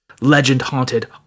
legend-haunted